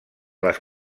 les